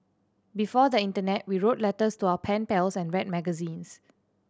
before the internet we wrote letters to our pen pals and read magazines